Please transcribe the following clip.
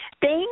Thank